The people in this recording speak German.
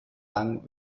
lang